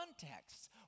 contexts